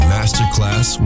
Masterclass